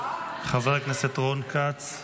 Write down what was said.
חבר הכנסת רון כץ,